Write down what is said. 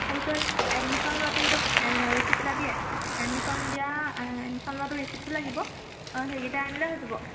আৰু তই এডমিচন লোৱাটো যে ৰিচিপ্ত এটা দিয়ে এডমিচন দিয়া এডমিচন লোৱা তোৰ ৰিচিপ্তটো লাগিব অঁ সেইকেইটা আনিলেই হৈ যাব